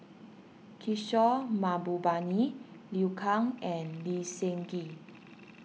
Kishore Mahbubani Liu Kang and Lee Seng Gee